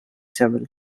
several